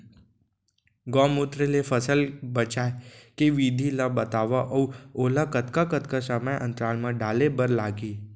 गौमूत्र ले फसल बचाए के विधि ला बतावव अऊ ओला कतका कतका समय अंतराल मा डाले बर लागही?